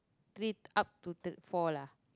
three up to three four lah